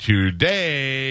Today